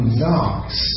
knocks